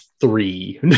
three